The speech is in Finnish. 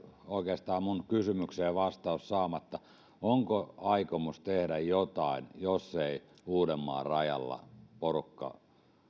oikeastaan minun kysymykseeni vastaus saamatta onko aikomus tehdä jotain jos ei uudenmaan rajalla porukka